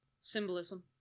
Symbolism